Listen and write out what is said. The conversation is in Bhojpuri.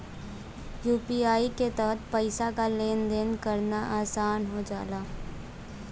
यू.पी.आई के तहत पइसा क लेन देन करना आसान हो जाला